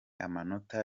amanota